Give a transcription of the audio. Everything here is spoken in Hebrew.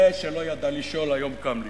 זה שלא ידע לשאול היום קם לשאול,